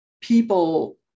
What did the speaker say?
people